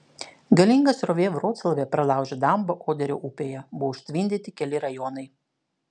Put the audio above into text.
galinga srovė vroclave pralaužė dambą oderio upėje buvo užtvindyti keli rajonai